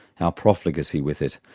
our profligacy with it,